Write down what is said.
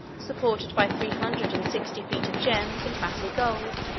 supported by three hundred and sixty-five feet of gems and massy gold,